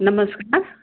नमस्कार